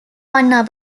one